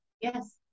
Yes